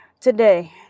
today